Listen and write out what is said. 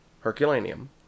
Herculaneum